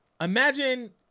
imagine